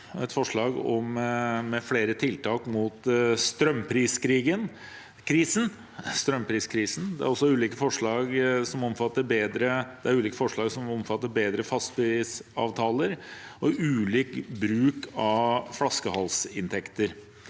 et forslag med flere tiltak mot strømpriskrisen. Det er ulike forslag som omfatter bedre fastprisavtaler og ulik bruk av flaskehalsinntekter.